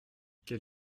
quel